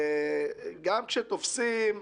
גם כשתופסים,